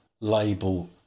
label